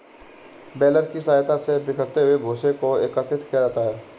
baler की सहायता से बिखरे हुए भूसे को एकत्रित किया जाता है